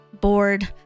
bored